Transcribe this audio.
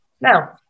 Now